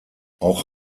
auch